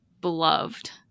beloved